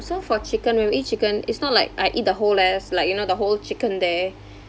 so for chicken when we eat chicken it's not like I eat the whole ass like you know the whole chicken there